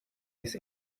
this